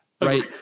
Right